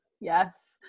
Yes